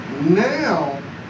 Now